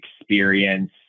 experience